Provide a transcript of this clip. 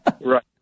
Right